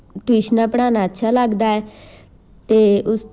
ਟਿਊਸ਼ਨਾਂ ਪੜ੍ਹਾਉਣਾ ਅੱਛਾ ਲੱਗਦਾ ਹੈ ਅਤੇ ਉਸ